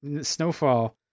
snowfall